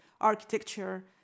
architecture